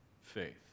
faith